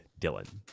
Dylan